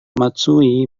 matsui